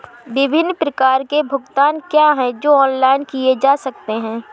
विभिन्न प्रकार के भुगतान क्या हैं जो ऑनलाइन किए जा सकते हैं?